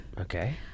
Okay